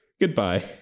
Goodbye